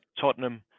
Tottenham